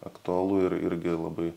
aktualu ir irgi labai